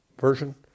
version